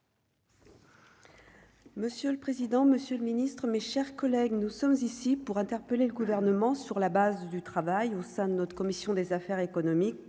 Monsieur le président, Monsieur le Ministre, mes chers collègues, nous sommes ici pour interpeller le gouvernement sur la base du travail au sein de notre commission des affaires économiques,